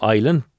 Island